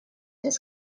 his